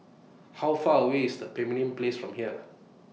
How Far away IS The Pemimpin Place from here